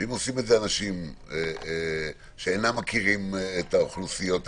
אם עושים את זה אנשים שאינם מכירים את האוכלוסיות הללו,